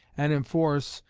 and enforce,